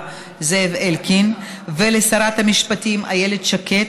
זאב אלקין ולשרת המשפטים איילת שקד